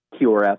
QRF